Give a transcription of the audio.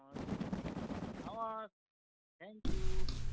हुन्छ हवस् थ्याङ्कयू